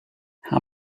how